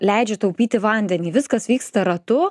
leidžia taupyti vandenį viskas vyksta ratu